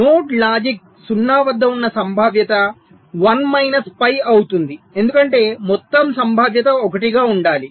node logic 0 వద్ద ఉన్న సంభావ్యత 1 మైనస్ పై అవుతుంది ఎందుకంటే మొత్తం సంభావ్యత 1 గా ఉండాలి